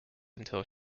until